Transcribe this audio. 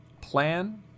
plan